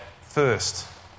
first